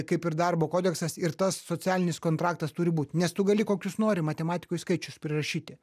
kaip ir darbo kodeksas ir tas socialinis kontraktas turi būt nes tu gali kokius nori matematikoj skaičius prirašyti